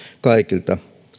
kaikilta